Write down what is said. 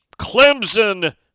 Clemson